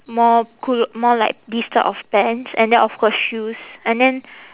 more culo~ more like this type of pants and then of course shoes and then